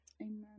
Amen